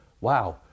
wow